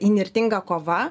įnirtinga kova